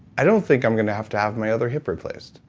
i don't think i'm going to have to have my other hip replaced.